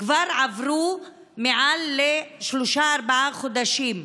כבר עברו מעל שלושה-ארבעה חודשים.